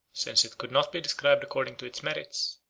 since it could not be described according to its merits,